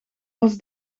was